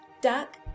Duck